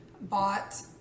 bought